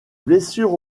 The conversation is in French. blessure